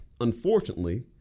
Unfortunately